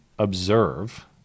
observe